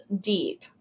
deep